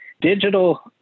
digital